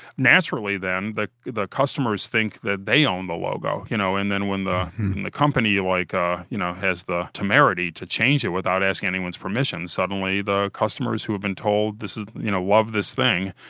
naturally then, the the customers think that they own the logo. you know and then when the and the company like ah you know has the temerity to change it without asking anyone's permission, suddenly the customers who have been told, ah you know, love this thing,